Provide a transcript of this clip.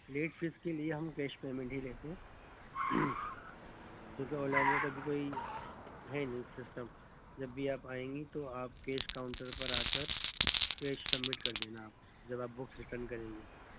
late fees کے لیے ہم کیش پیمنٹ ہی لیتے ہیں کیونکہ آن لائن میں کبھی کوئی ہے نہیں سسٹم جب بھی آپ آئیں گی تو آپ کیش کاؤنٹر پر آ کر کیش سبمٹ کر دینا آپ جب آپ بکس ریٹرن کریں گے